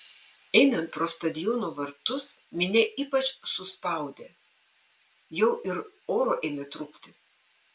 einant pro stadiono vartus minia ypač suspaudė jau ir oro ėmė trūkti